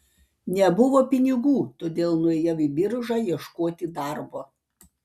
nebuvo pinigų todėl nuėjau į biržą ieškoti darbo